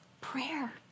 Prayer